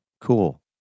Cool